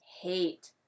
hate